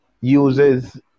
uses